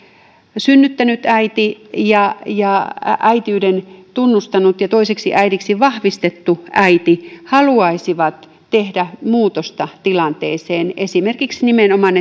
synnyttänyt äiti ja ja äitiyden tunnustanut ja toiseksi äidiksi vahvistettu äiti haluaisivat tehdä muutosta tilanteeseen esimerkiksi nimenomaan